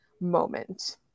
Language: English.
moment